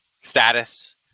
status